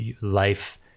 life